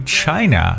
China